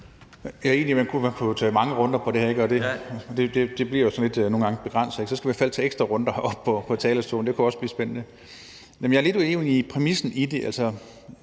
jeg er lidt uenig i præmissen i det.